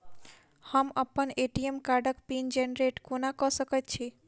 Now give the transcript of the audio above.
हम अप्पन ए.टी.एम कार्डक पिन जेनरेट कोना कऽ सकैत छी?